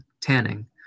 tanning